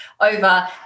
over